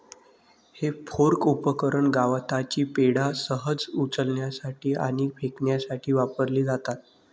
हे फोर्क उपकरण गवताची पेंढा सहज उचलण्यासाठी आणि फेकण्यासाठी वापरली जातात